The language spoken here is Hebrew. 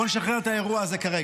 בואי נשחרר את האירוע הזה כרגע,